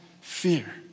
fear